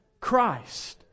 Christ